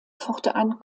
fortan